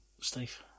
Steve